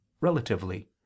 relatively